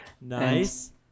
Nice